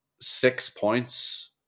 six-points